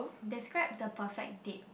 describe the perfect date